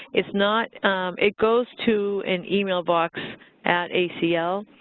it's not it goes to an email box at acl,